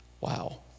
Wow